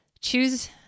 choose